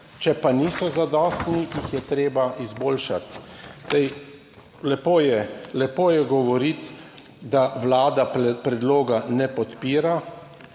Če pa niso zadostni, jih je treba izboljšati. Lepo je govoriti, da Vlada predloga ne podpira,